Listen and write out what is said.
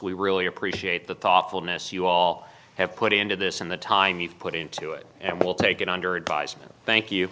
we really appreciate the thoughtfulness you all have put into this and the time you've put into it and we'll take it under advisement thank you